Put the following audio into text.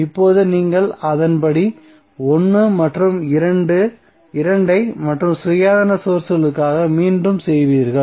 இப்போது நீங்கள் அதன் படி 1 மற்றும் 2 ஐ மற்ற சுயாதீன சோர்ஸ்களுக்காக மீண்டும் செய்வீர்கள்